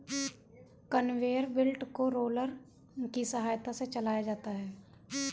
conveyor belt को roller की सहायता से चलाया जाता है